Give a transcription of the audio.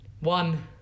one